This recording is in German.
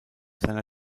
seiner